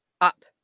up